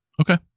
Okay